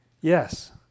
Yes